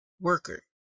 worker